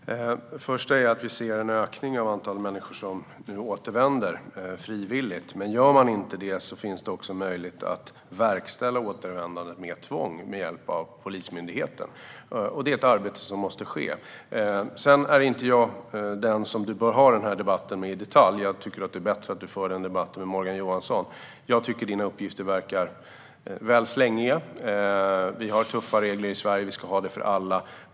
Fru talman! Det första är att vi ser en ökning av antalet människor som återvänder frivilligt. Men gör de inte det finns det en möjlighet att verkställa återvändandet med tvång med hjälp av Polismyndigheten. Det är ett arbete som måste ske. Sedan är inte jag den som du bör ha den här debatten med i detalj. Jag tycker att det är bättre att du har den debatten med Morgan Johansson. Jag tycker att dina uppgifter verkar väl slängiga. Vi har tuffa regler i Sverige - vi ska ha det för alla.